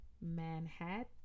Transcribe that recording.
Manhattan